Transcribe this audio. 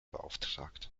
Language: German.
beauftragt